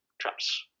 traps